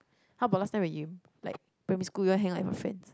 how about last time when you like primary school you got hang out with your friends